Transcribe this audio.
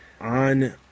on